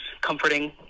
comforting